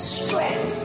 stress